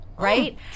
right